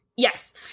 Yes